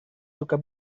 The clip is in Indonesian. suka